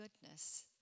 goodness